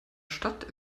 stadt